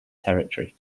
territory